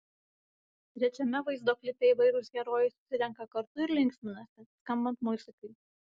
trečiame vaizdo klipe įvairūs herojai susirenka kartu ir linksminasi skambant muzikai